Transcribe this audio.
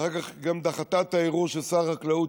ואחר כך היא גם דחתה את הערעור של שר החקלאות,